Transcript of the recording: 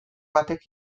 batek